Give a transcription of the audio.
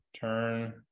turn